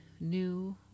new